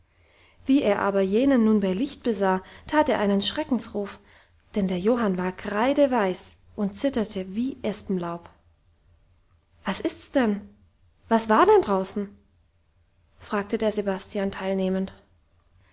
wie er aber jenen nun bei licht besah tat er einen schreckensruf denn der johann war kreideweiß und zitterte wie espenlaub was ist's denn was war denn draußen fragte der sebastian teilnehmend